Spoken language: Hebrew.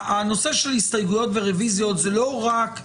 הנושא של הסתייגויות ורוויזיות זה לא רק פיליבסטר.